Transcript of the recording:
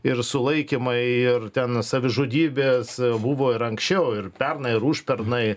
ir sulaikymai ir ten savižudybės buvo ir anksčiau ir pernai ir užpernai